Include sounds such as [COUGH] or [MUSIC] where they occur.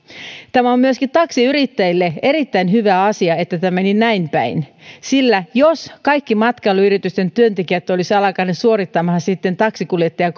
tämä on myöskin taksiyrittäjille erittäin hyvä asia että tämä meni näin päin sillä jos kaikki matkailuyritysten työntekijät olisivat alkaneet suorittamaan taksinkuljettajan [UNINTELLIGIBLE]